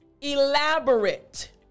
elaborate